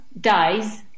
dies